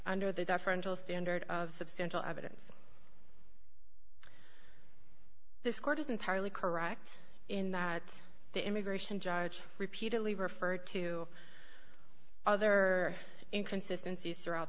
under the deferential standard of substantial evidence this court is entirely correct in that the immigration judge repeatedly referred to other inconsistency throughout